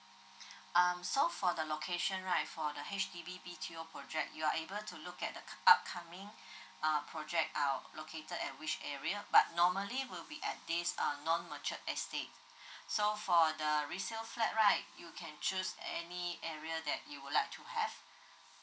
um so for the location right for the H_D_B B_T_O project you're able to look at the upcoming uh project uh located at which area but normally will be at this uh non mature estate so for the resale flat right you can choose any area that you would like to have